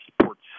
sports